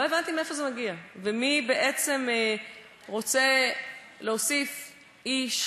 לא הבנתי מאיפה זה מגיע ומי בעצם רוצה להוסיף איש